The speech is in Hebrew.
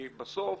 כי בסוף